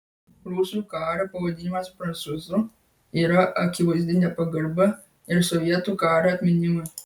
rusų kario pavadinimas prancūzu yra akivaizdi nepagarba ir sovietų kario atminimui